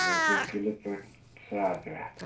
ویوٚٹھ پیٚیہِ کِلوٗ پٲٹھۍ ساڑ ترٛےٚ ہتھ